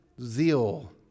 zeal